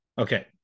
Okay